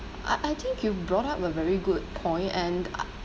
I I think you brought up a very good point and uh